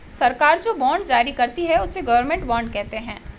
सरकार जो बॉन्ड जारी करती है, उसे गवर्नमेंट बॉन्ड कहते हैं